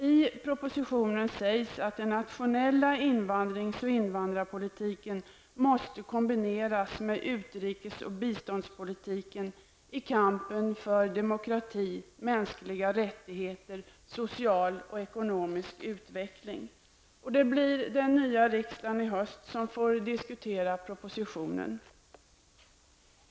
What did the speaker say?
I propositionen sägs att den nationella invandringsoch invandrarpolitiken måste kombineras med utrikes och biståndspolitiken i kampen för demokrati, mänskliga rättigheter och social och ekonomisk utveckling. Det blir den nya riksdagen i höst som får diskutera propositionen.